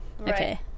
okay